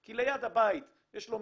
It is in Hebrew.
כי ליד הבית יש לו מדרכה,